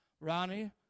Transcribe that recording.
Ronnie